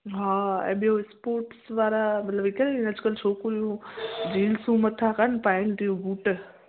हा ऐं ॿियो स्पोर्ट्स वारा मतिलब उहे कोन्ह अॼकल्ह छोकिरियूं जींसूं मथां कोन्ह पाइन थियूं बूट